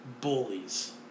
bullies